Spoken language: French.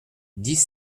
dix